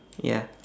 ya